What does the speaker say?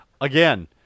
again